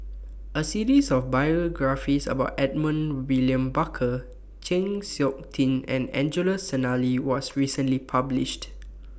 A series of biographies about Edmund William Barker Chng Seok Tin and Angelo Sanelli was recently published